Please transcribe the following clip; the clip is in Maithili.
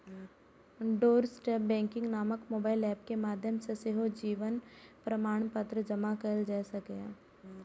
डोरस्टेप बैंकिंग नामक मोबाइल एप के माध्यम सं सेहो जीवन प्रमाणपत्र जमा कैल जा सकैए